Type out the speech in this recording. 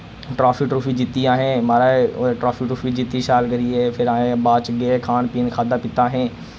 trophy टरुफी जित्ती असें माराज उदे ट्राफी टरुफी जित्ती शैल करियै फिर असैें बाद च गे खान पीन खाद्धा पीता असें